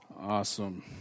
Awesome